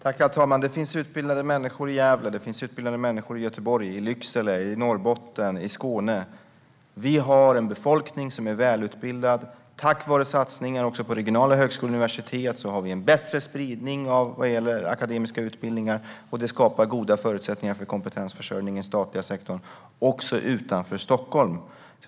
Herr talman! Det finns utbildade människor i Gävle, i Göteborg, i Lycksele, i Norrbotten och i Skåne. Vi har en befolkning som är välutbildad. Tack vare satsningar på regionala högskolor och universitet har vi en bättre spridning av akademiska utbildningar, och det skapar goda förutsättningar för kompetensförsörjning i den statliga sektorn också utanför Stockholm.